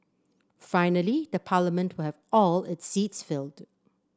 finally the Parliament will have all its seats filled